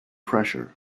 pressure